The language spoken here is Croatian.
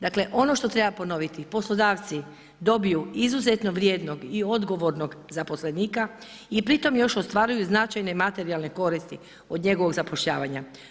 Dakle, ono što treba ponoviti, poslodavci dobiju izuzetno vrijednog i odgovornog zaposlenika i pri tom još ostvaruju značajne materijalne koristi od njegovog zapošljavanja.